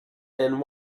and